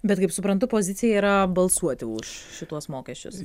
bet kaip suprantu pozicija yra balsuoti už šituos mokesčius